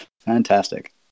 Fantastic